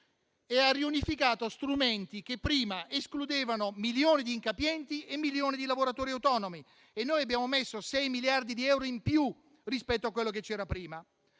riunificando strumenti che prima escludevano milioni di incapienti e di lavoratori autonomi e noi abbiamo messo 6 miliardi di euro in più rispetto a quello che c'era prima.